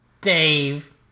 Dave